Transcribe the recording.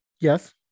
yes